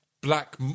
black